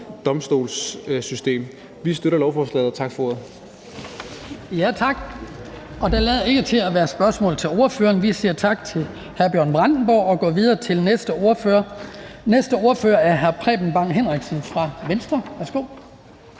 domstolssystem. Vi støtter lovforslaget. Tak for ordet. Kl. 14:51 Den fg. formand (Hans Kristian Skibby): Tak. Der lader ikke til at være spørgsmål til ordføreren. Vi siger tak til hr. Bjørn Brandenborg og går videre til næste ordfører. Næste ordfører er hr. Preben Bang Henriksen fra Venstre. Værsgo.